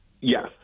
yes